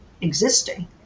existing